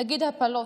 נגיד, בעניין הפלות,